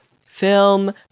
film